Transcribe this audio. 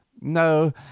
no